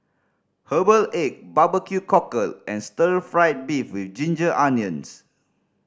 herbal egg barbecue cockle and stir fried beef with ginger onions